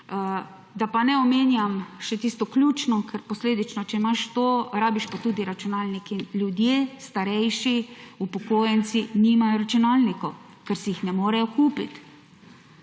Da pa ne omenjam še tisto ključno, ker posledično, če imaš to, rabiš pa tudi računalnik, in ljudje, starejši, upokojenci nimajo računalnikov, ker si jih ne morejo kupiti.